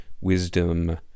wisdom